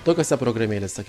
tokiose programėlėse kaip